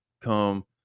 come